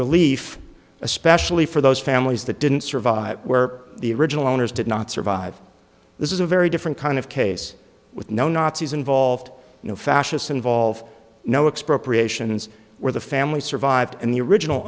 relief especially for those families that didn't survive were the original owners did not survive this is a very different kind of case with no nazis involved no fascists involve no expert creations where the family survived and the original